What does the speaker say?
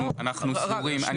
יש